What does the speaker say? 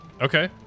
Okay